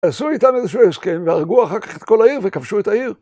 עשו איתם איזשהו הסכם, והרגו אחר כך את כל העיר וכבשו את העיר.